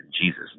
Jesus